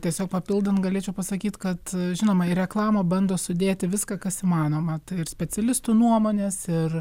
tiesiog papildant galėčiau pasakyt kad žinoma į reklamą bando sudėti viską kas įmanoma ir specialistų nuomonės ir